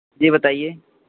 जी बताइए